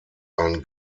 ein